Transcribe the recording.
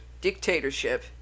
dictatorship